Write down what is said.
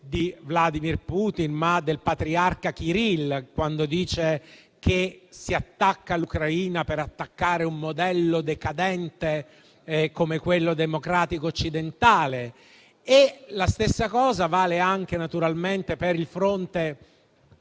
di Vladimir Putin, ma del patriarca Kirill quando dice che si attacca l'Ucraina per attaccare un modello decadente come quello democratico occidentale. La stessa cosa vale anche, naturalmente, per la crisi